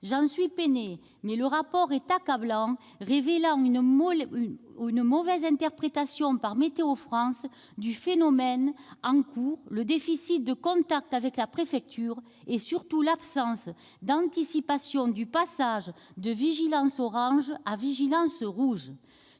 J'en suis peinée, mais le rapport est accablant sur ce point. Il révèle une mauvaise interprétation par Météo-France du phénomène en cours, un déficit de contact avec la préfecture et surtout l'absence d'anticipation du passage de vigilance orange à vigilance rouge.